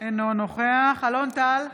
אינו נוכח אלון טל,